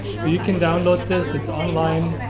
so you can download this. it's online.